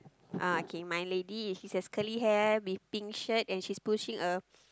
uh okay my lady is she has curly hair with pink shirt and she's pushing a